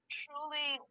truly